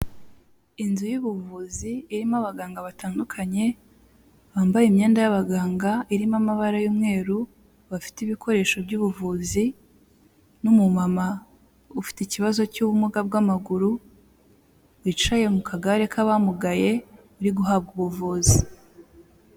Inzu y'ubuvuzi irimo abaganga batandukanye, bambaye imyenda y'abaganga irimo amabara y'umweru, bafite ibikoresho by'ubuvuzi n'umumama ufite ikibazo cy'ubumuga bw'amaguru, bicaye mu kagare k'abamugaye bari guhabwa ubuvuzi.